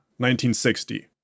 1960